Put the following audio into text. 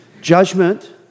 judgment